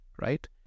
right